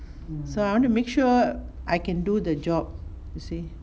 so I want to make sure I can do the job you see